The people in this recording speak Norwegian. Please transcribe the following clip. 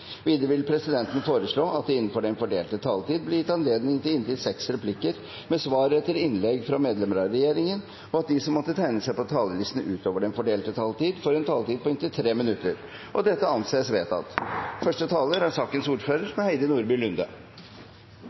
Videre vil presidenten foreslå at det – innenfor den fordelte taletid – blir gitt anledning til inntil seks replikker med svar etter innlegg fra medlemmer av regjeringen, og at de som måtte tegne seg på talerlisten utover den fordelte taletid, får en taletid på inntil 3 minutter. – Det anses vedtatt. Jeg vil først av alt takke representantene fra SV for å ha fremmet et viktig forslag, som